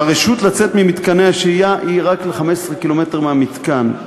הרשות לצאת ממתקני השהייה היא רק ל-15 קילומטר מהמתקן,